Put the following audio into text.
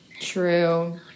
True